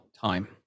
time